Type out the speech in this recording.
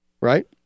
right